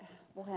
ukkolalle